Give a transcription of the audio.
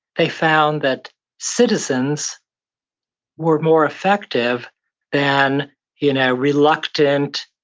they found that citizens were more effective than you know reluctant,